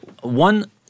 One